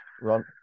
Ron